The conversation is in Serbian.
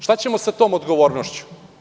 Šta ćemo sa tom odgovornošću?